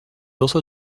also